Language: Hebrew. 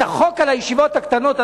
את החוק על הישיבות הקטנות,